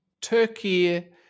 Turkey